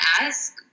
ask